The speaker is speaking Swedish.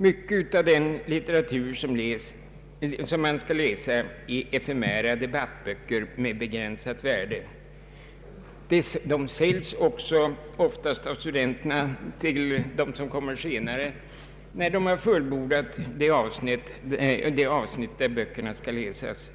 Mycket av den litteratur man skall läsa är efemära debattböcker med begränsat värde. De säljs också oftast av studenterna när dessa fullbordat det avsnitt där böckerna skall läsas.